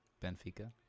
Benfica